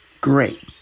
Great